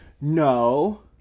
no